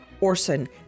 Orson